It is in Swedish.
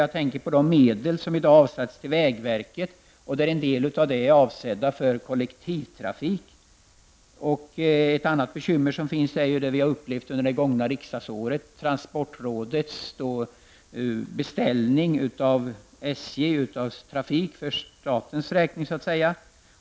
Jag tänker på de medel som i dag avsätts till vägverket, och av vilka en del är avsedda för kollektivtrafik. Ett annat bekymmer är det som vi har upplevt under det gångna riksdagsåret, nämligen transportrådets beställning till SJ för statens räkning av trafik.